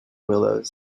willows